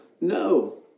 No